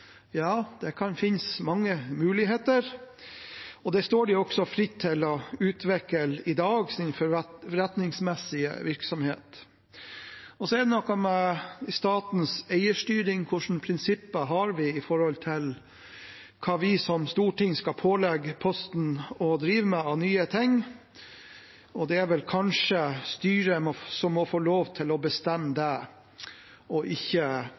Ja, det kan finnes mange muligheter, og den forretningsmessige virksomheten står de også fritt til å utvikle i dag. Og så er det noe med statens eierstyring: Hva slags prinsipper har vi for hva vi som storting skal pålegge Posten å drive med av nye ting? Det er vel kanskje styret som må få lov til å bestemme det, og ikke